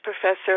professor